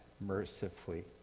mercifully